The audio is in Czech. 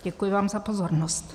Děkuji vám za pozornost.